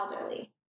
elderly